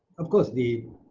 of course the